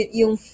yung